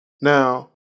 Now